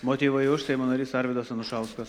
motyvai už seimo narys arvydas anušauskas